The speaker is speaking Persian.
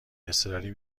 اضطراری